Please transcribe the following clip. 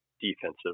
defensive